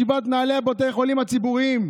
שבעת מנהלי בתי החולים הציבוריים,